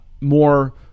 more